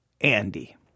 Andy